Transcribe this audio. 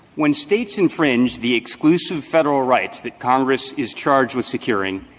when states infringe the exclusive federal rights that congress is charged with securing,